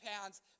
pounds